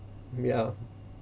ya